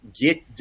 get